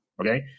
Okay